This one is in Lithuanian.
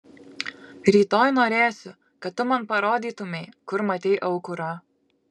rytoj norėsiu kad tu man parodytumei kur matei aukurą